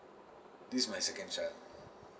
this is my second child